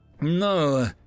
No